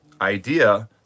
idea